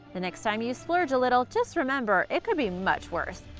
the next time you splurge a little, just remember, it could be much worse!